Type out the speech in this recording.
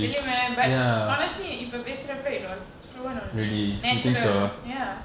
really meh but honestly if இப்பபேசுறப்ப:ipa pesurappa it was fluent natural ya